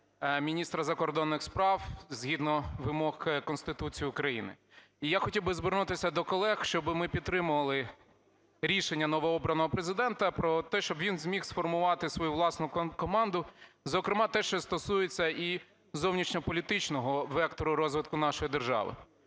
міністра закордонних справ згідно вимог Конституції України. І я хотів би звернутися до колег, щоб ми підтримали рішення новообраного Президента про те, щоб він зміг сформувати свою власну команду, зокрема те, що стосується і зовнішньополітичного вектору розвитку нашої держави.